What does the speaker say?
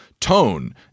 tone